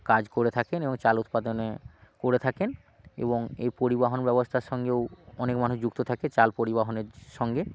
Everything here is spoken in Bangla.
কাজ করে থাকেন এবং চাল উৎপাদনে করে থাকেন এবং এই পরিবহন ব্যবস্থার সঙ্গেও অনেক মানুষ যুক্ত থাকে চাল পরিবহনের সঙ্গে